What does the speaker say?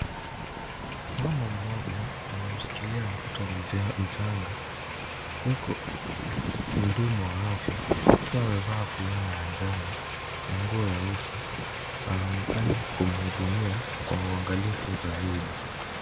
Mama mmoja anamshikilia mtoto mchanga, huku mhudumu wa afya akiwa amevaa fulana ya njano na nguo ya uso, anaonekana kumhudumia kwa uangalifu zaidi.